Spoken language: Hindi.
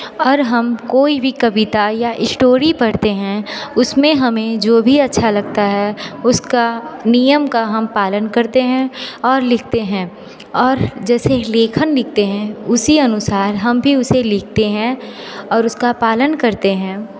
और हम कोई भी कविता या स्टोरी पढ़ते हैं उसमें हमें जो भी अच्छा लगता है उसका नियम का हम पालन करते हैं और लिखते हैं और जैसे लेखन लिखते हैं उसी अनुसार हम भी उसे लिखते हैं और उसका पालन करते हैं